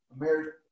American